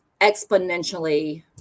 exponentially